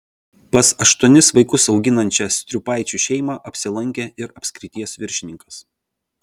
pas aštuonis vaikus auginančią striupaičių šeimą apsilankė ir apskrities viršininkas